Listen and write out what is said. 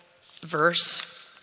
verse